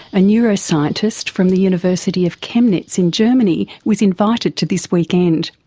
a neuroscientist from the university of chemnitz in germany was invited to this weekend.